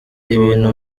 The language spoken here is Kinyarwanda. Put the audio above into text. ibintu